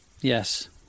yes